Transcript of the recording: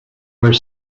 were